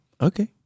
Okay